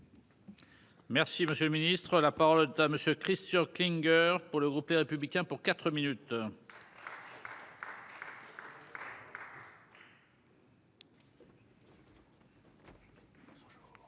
Merci, monsieur le Ministre, la parole à monsieur Christian Klinger pour le groupe Les Républicains pour 4 minutes.